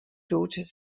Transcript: daughters